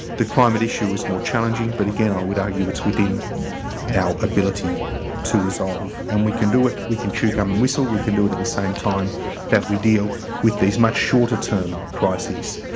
the climate issue is more challenging. but again, i would argue it's within our ability to resolve and we can do it. we can chew gum and whistle. we can do it at the same time that we deal with these much shorter term crises,